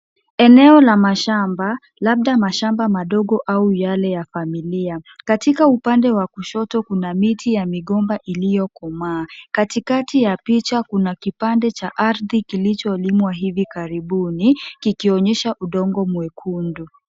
Eneo la mashamba, labda mashamba madogo au yale ya familia. Katika upande wa kushoto kuna miti ya migomba iliyokomaa. Katikati ya picha kuna kipande cha ardhi kilicholimwa hivi karibuni, kikionyesha udongo mwekundu.